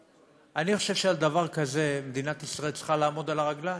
אני חושב שעל דבר כזה מדינת ישראל צריכה לעמוד על הרגליים.